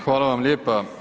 Hvala vam lijepa.